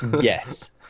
yes